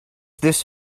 this